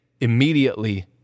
immediately